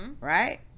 right